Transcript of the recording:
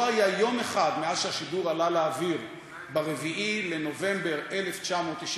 לא היה יום אחד מאז עלה השידור לאוויר ב-4 בנובמבר 1993,